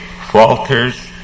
falters